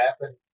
happen